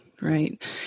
right